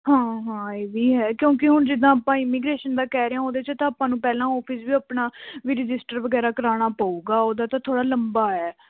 ਹਾਂ ਹਾਂ ਇਹ ਵੀ ਹੈ ਕਿਉਂਕਿ ਹੁਣ ਜਿੱਦਾਂ ਆਪਾਂ ਇਮੀਗ੍ਰੇਸ਼ਨ ਦਾ ਕਹਿ ਰਹੇ ਹਾਂ ਉਹਦੇ 'ਚ ਤਾਂ ਆਪਾਂ ਨੂੰ ਪਹਿਲਾਂ ਆਫਿਸ ਵੀ ਆਪਣਾ ਵੀ ਰਜਿਸਟਰ ਵਗੈਰਾ ਕਰਾਉਣਾ ਪਊਗਾ ਉਹਦਾ ਤਾਂ ਥੋੜ੍ਹਾ ਲੰਬਾ ਹੈ